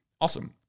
Awesome